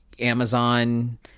Amazon